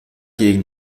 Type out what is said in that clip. gegen